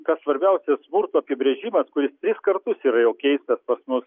kad svarbiausias smurto apibrėžimas kuris tris kartus yra jau eistas pas mus